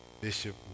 bishop